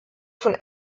von